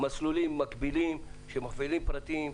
מסלולים מקבילים של מפעילים פרטיים.